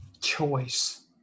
Choice